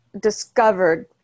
discovered